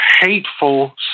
hateful